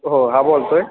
हो हां बोलतो आहे